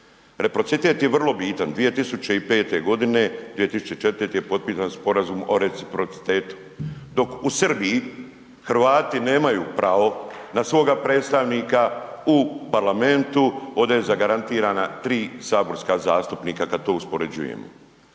Reciprocitet je vrlo bitan, 2005. g., 2004. je potpisan Sporazum o reciprocitetu, dok u Srbiji Hrvati nemaju pravo na svoga predstavnika u parlamentu, ovdje je zagarantirana 3 saborska zastupnika kad to uspoređujemo.